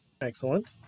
Excellent